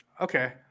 Okay